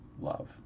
love